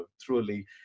truly